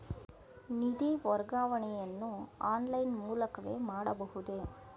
ನಿಧಿ ವರ್ಗಾವಣೆಯನ್ನು ಆನ್ಲೈನ್ ಮೂಲಕವೇ ಮಾಡಬಹುದೇ?